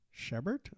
Shebert